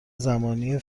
زمانی